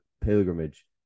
pilgrimage